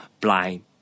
blind